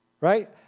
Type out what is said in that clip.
Right